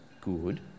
good